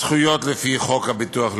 זכויות לפי חוק הביטוח הלאומי,